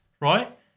right